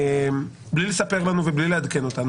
בלי לספר לנו ובלי לעדכן אותנו.